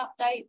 updates